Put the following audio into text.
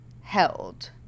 held